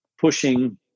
pushing